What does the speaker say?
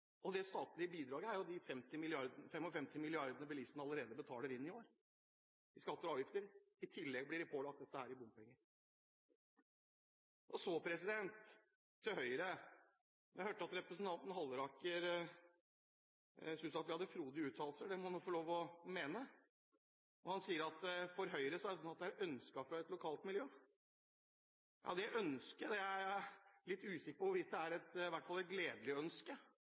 det. Det statlige bidraget er jo de 55 milliardene som bilistene allerede betaler inn i år i skatter og avgifter – i tillegg blir de pålagt bompenger. Så til Høyre: Jeg hørte at representanten Halleraker syntes at vi hadde frodige uttalelser. Det må han få lov til å mene. Han sier at for Høyre er det slik at det er ønsket fra et lokalt miljø. Jeg er litt usikker på om det er et gledelig ønske